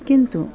किन्तु